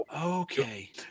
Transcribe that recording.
Okay